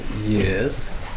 Yes